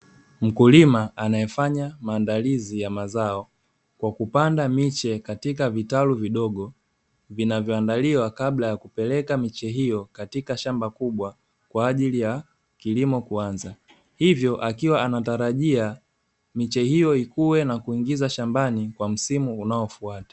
Mkulima anayefanya maandalizi ya mazao kwa kupanda miche katika vitalu vidogo, vinavyoandaliwa kabla ya kupeleka miche hiyo katika shamba kubwa kwaajili ya kilimo kuanza, hivyo akiwa anatarajia miche hiyo ikue na kuingiza shambani kwa msimu unaofuata.